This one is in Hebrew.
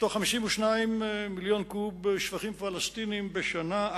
מתוך 52 מיליון קוב שפכים פלסטיניים בשנה,